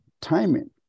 timing